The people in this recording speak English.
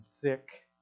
thick